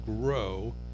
grow